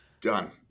done